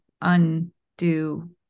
undo